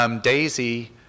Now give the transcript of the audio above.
Daisy